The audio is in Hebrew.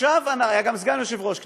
גם היה סגן יושב-ראש הכנסת.